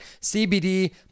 CBD